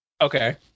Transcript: Okay